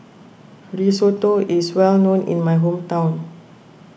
Risotto is well known in my hometown